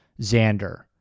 Xander